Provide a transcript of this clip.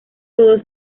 todas